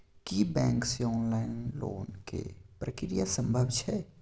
की bank से online loan के प्रक्रिया संभव छै?